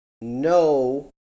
No